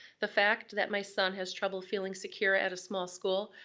the fact that my son has trouble feeling secure at a small school,